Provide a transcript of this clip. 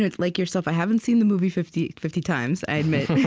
like yourself i haven't seen the movie fifty fifty times, i admit.